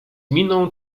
miną